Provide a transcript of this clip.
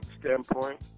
standpoint